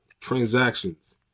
transactions